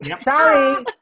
Sorry